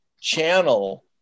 channel